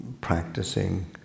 practicing